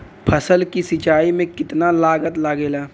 फसल की सिंचाई में कितना लागत लागेला?